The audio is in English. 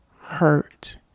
hurt